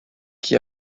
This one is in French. qui